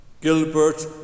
Gilbert